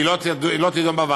כי היא לא תידון בוועדה,